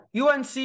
UNC